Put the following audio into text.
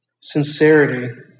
Sincerity